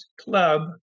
club